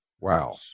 Wow